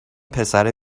پسره